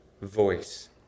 voice